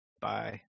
bye